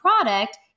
product